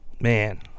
Man